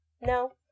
No